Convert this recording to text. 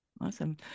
Awesome